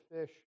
fish